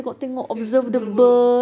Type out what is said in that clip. tengok burung-burung